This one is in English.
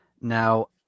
Now